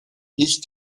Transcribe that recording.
ich